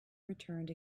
returned